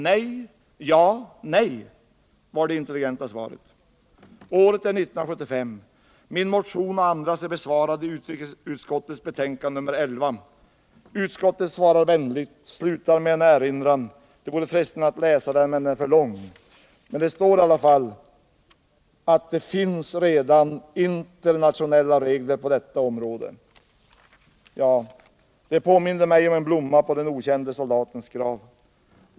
Nej — ja —- nej! var det intelligenta svaret. Året är 1975. Min motion och andras är besvarade i utrikesutskottets betänkande nr 11. Utskottet svarar vänligt och slutar med en erinran — det vore frestande att läsa den, men den är för lång. Där står i alla fall att det finns redan internationella regler på detta område. Det påminde mig om en blomma på den okände soldatens grav.